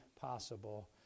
possible